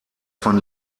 von